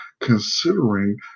considering